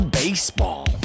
baseball